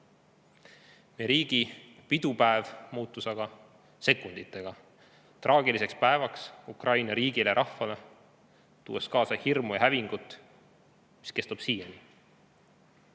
Meie riigi pidupäev muutus aga sekunditega traagiliseks päevaks Ukraina riigile ja rahvale, tuues kaasa hirmu ja hävingut, mis kestab siiani.